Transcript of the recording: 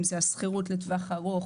אם זה השכירות לטווח ארוך